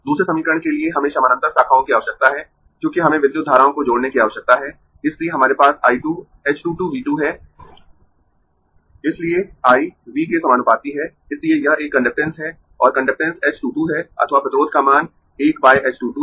दूसरे समीकरण के लिए हमें समानांतर शाखाओं की आवश्यकता है क्योंकि हमें विद्युत धाराओं को जोड़ने की आवश्यकता है इसलिए हमारे पास I 2 h 2 2 V 2 है इसलिए I V के समानुपाती है इसलिए यह एक कंडक्टेन्स है और कंडक्टेन्स h 2 2 है अथवा प्रतिरोध का मान 1 बाय h 2 2 है